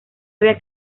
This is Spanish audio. había